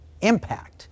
impact